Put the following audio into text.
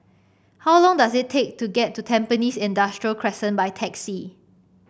how long does it take to get to Tampines Industrial Crescent by taxi